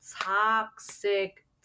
toxic